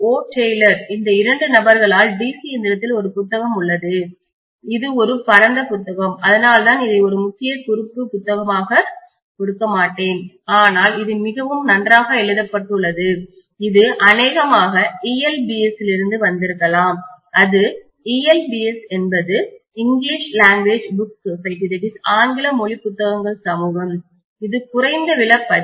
Taylor இந்த இரண்டு நபர்களால் DC இயந்திரத்தில் ஒரு புத்தகம் உள்ளது இது ஒரு பரந்த புத்தகம் அதனால்தான் இதை ஒரு முக்கிய குறிப்பு புத்தகமாக கொடுக்க மாட்டேன் ஆனால் இது மிகவும் நன்றாக எழுதப்பட்டுள்ளது இது அநேகமாக ELBS இலிருந்து வந்திருக்கலாம் அது ELBS English language books society ஆங்கில மொழி புத்தகங்கள் சமூகம் குறைந்த விலை பதிப்பு